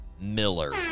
Miller